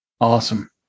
Awesome